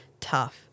tough